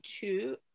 two